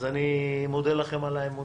אז אני מודה לכם על האמון